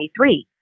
2023